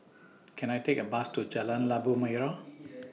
Can I Take A Bus to Jalan Labu Merah